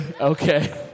Okay